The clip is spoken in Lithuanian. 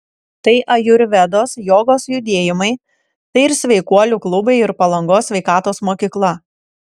tai ajurvedos jogos judėjimai tai ir sveikuolių klubai ir palangos sveikatos mokykla